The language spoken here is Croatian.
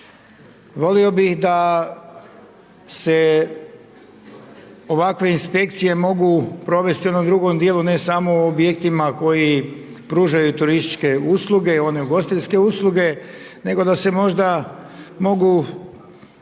Volio bi se da se ovakve inspekcije mogu provesti u onom drugom dijelu, ne samo u objektima koji pružaju turističke usluge, one ugostiteljske usluge, nego da se možda mogu